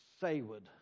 Sayward